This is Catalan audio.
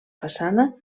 façana